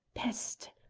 peste!